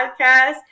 podcast